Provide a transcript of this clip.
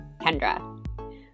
Kendra